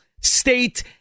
state